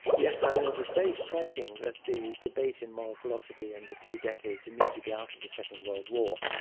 yes, i mean it was very striking that the debate in moral philosophy in the two decades immediately after the second world war,